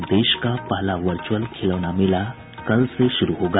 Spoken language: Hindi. और देश का पहला वचुर्अल खिलौना मेला कल से शुरू होगा